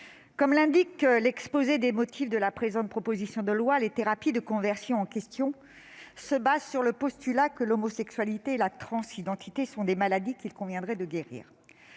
comme l'indique l'exposé des motifs de la présente proposition de loi, les thérapies de conversion en question « se basent sur le postulat que l'homosexualité et la transidentité sont des maladies qu'il conviendrait de guérir